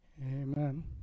Amen